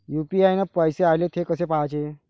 UPI न पैसे आले, थे कसे पाहाचे?